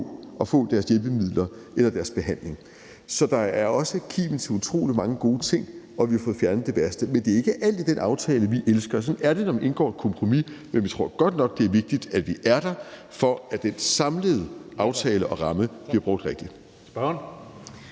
at få deres hjælpemidler eller deres behandling. Så der er også kimen til utrolig mange gode ting, og vi har fået fjernet det værste. Det er ikke alt i den aftale, vi elsker, og sådan er det, når man indgår et kompromis, men vi tror godt nok, det er vigtigt, at vi er der, for at den samlede aftale og ramme bliver brugt rigtigt.